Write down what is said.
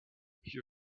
you